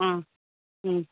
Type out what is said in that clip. ആ